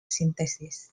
synthesis